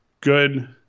good